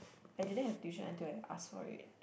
I didn't have tuition until I asked for it